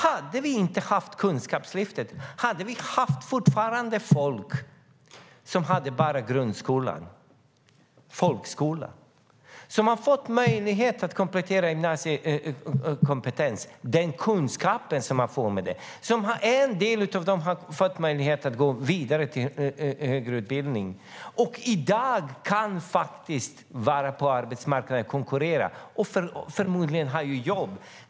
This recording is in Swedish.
Hade vi inte haft Kunskapslyftet hade vi fortfarande haft folk som bara har grundskola eller folkskola. De har fått möjlighet att komplettera med gymnasiekompetens och den kunskap man får med det. En del av dem har fått möjlighet att gå vidare till högre utbildning och kan i dag faktiskt konkurrera på arbetsmarknaden, och förmodligen har de jobb.